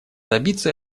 добиться